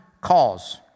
cause